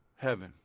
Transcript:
Heaven